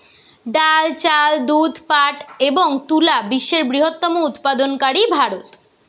ডাল, চাল, দুধ, পাট এবং তুলা বিশ্বের বৃহত্তম উৎপাদনকারী ভারত